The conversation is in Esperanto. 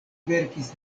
verkis